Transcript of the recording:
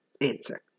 answer